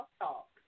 talk